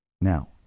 Now